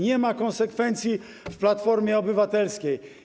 Nie ma konsekwencji w Platformie Obywatelskiej.